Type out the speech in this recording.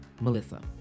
Melissa